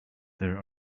there